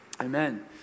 Amen